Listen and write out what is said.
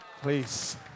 Please